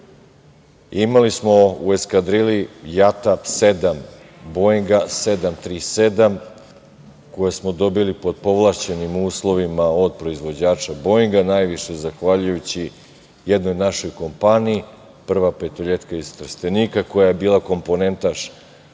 Imali smo u eskadrili JAT-a sedam Boinga 737 koje smo dobili pod povlašćenim uslovima od proizvođača Boinga, a najviše zahvaljujući jednoj našoj kompaniji, Prva petoletka iz Trstenika koja je bila komponentaš